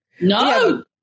No